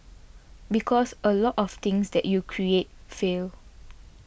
because a lot of things that you create fail